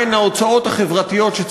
כן, הצעת החוק עברה בקריאה ראשונה.